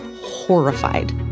horrified